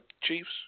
Chiefs